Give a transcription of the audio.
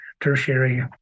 tertiary